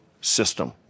system